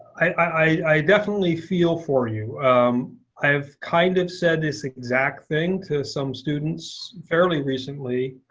i definitely feel for you. i have kind of said this exact thing to some students fairly recently.